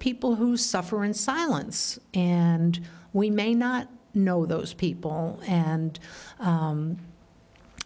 people who suffer in silence and we may not know those people and